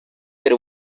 per